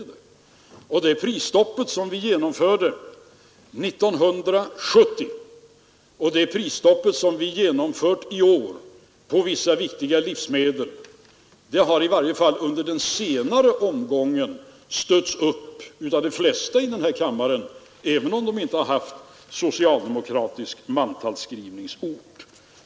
Det prisstopp som vi genomförde 1970 och det som vi genomfört i år på vissa viktiga livsmedel har i varje fall i den senare omgången stötts upp av de flesta i den här kammaren, även om de inte haft socialdemokratisk mantalsskrivningsort.